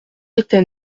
était